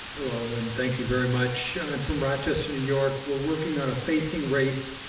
hello, and thank you very much. i'm from rochester, new york. we're working on a facing race,